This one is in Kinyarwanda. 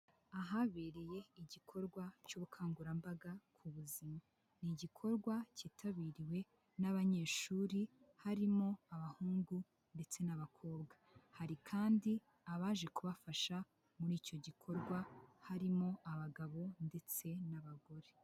Ahabereye igikorwa cy'ubukangurambaga ku buzima. Ni igikorwa cyitabiriwe n'abanyeshuri harimo abahungu ndetse n'abakobwa. Hari kandi abaje kubafasha muri icyo gikorwa harimo abagabo ndetse n'abagore.